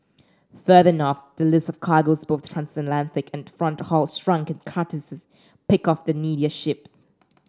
further north the list of cargoes both transatlantic and front haul shrunk and charterers picked off the needier ships